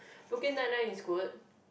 Brooklyn Nine Nine is good